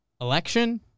election